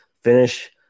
finish